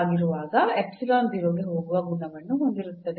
ಆಗಿರುವಾಗ 0 ಕ್ಕೆ ಹೋಗುವ ಗುಣವನ್ನು ಹೊಂದಿರುತ್ತದೆ